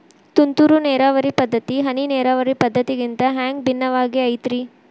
ತುಂತುರು ನೇರಾವರಿ ಪದ್ಧತಿ, ಹನಿ ನೇರಾವರಿ ಪದ್ಧತಿಗಿಂತ ಹ್ಯಾಂಗ ಭಿನ್ನವಾಗಿ ಐತ್ರಿ?